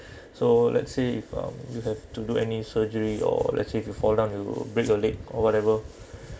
so let's say if um you have to do any surgery or let's say if you fall down you break your leg or whatever